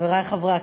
חברי חברי הכנסת,